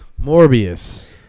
Morbius